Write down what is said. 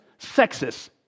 sexist